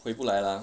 回不来 lah